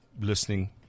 listening